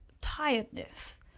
tiredness